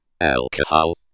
Alcohol